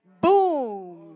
boom